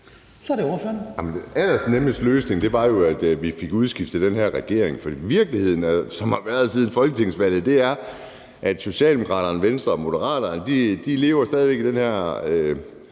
Andersen (DD): Den allernemmeste løsning var jo, at vi fik udskiftet den her regering. For virkeligheden, som har været her siden folketingsvalget, er, at Socialdemokraterne, Venstre og Moderaterne stadig væk lever